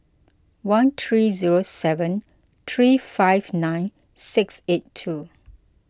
one three zero seven three five nine six eight two